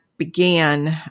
Began